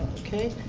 okay.